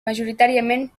majoritàriament